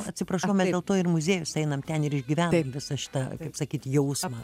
atsiprašau mes dėl to ir muziejus einam ten ir išgyvenam ir visa šita taip sakyt jausmą